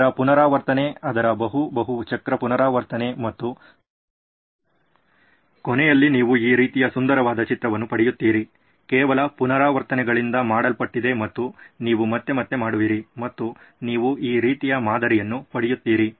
ಇದರ ಪುನರಾವರ್ತನೆ ಅದರ ಬಹು ಬಹು ಚಕ್ರ ಪುನರಾವರ್ತನೆ ಮತ್ತು ಕೊನೆಯಲ್ಲಿ ನೀವು ಈ ರೀತಿಯ ಸುಂದರವಾದ ಚಿತ್ರವನ್ನು ಪಡೆಯುತ್ತೀರಿ ಕೇವಲ ಪುನರಾವರ್ತನೆಗಳಿಂದ ಮಾಡಲ್ಪಟ್ಟಿದೆ ಮತ್ತು ನೀವು ಮತ್ತೆ ಮತ್ತೆ ಮಾಡುವಿರಿ ಮತ್ತು ನೀವು ಈ ರೀತಿಯ ಮಾದರಿಯನ್ನು ಪಡೆಯುತ್ತೀರಿ